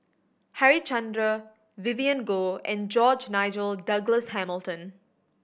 Harichandra Vivien Goh and George Nigel Douglas Hamilton